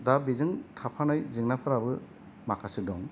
दा बेजों थाफानाय जेंनाफोराबो माखासे दं